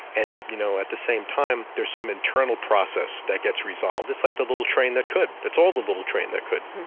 and you know at the same time there's some internal process that gets resolved, it's like the little train that could, it's all the little train that could.